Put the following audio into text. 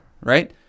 right